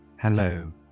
Hello